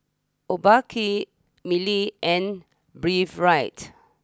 Obike Mili and Breathe right